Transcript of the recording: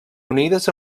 unides